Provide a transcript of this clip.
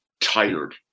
tired